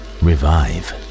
revive